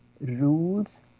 rules